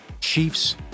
Chiefs